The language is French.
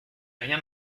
rien